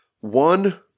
One